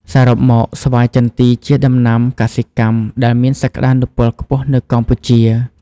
សរុបមក ស្វាយចន្ទីជាដំណាំកសិកម្មដែលមានសក្តានុពលខ្ពស់នៅកម្ពុជា។